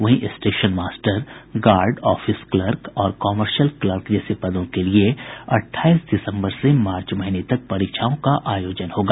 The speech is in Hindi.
वहीं station master guard office clerk और कॉमर्शियल क्लर्क जैसे पदों के लिए अट्ठाईस दिसम्बर से मार्च महीने तक परीक्षाओं का आयोजन होगा